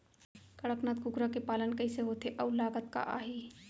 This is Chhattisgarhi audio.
कड़कनाथ कुकरा के पालन कइसे होथे अऊ लागत का आही?